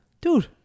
dude